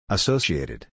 Associated